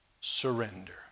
surrender